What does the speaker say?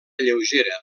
lleugera